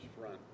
front